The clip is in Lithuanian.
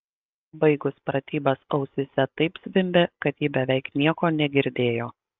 baigus pratybas ausyse taip zvimbė kad ji beveik nieko negirdėjo